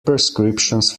prescriptions